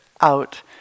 out